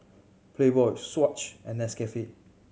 Playboy Swatch and Nescafe